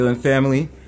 family